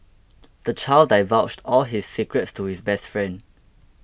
the child divulged all his secrets to his best friend